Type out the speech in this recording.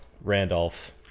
Randolph